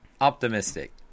optimistic